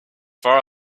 far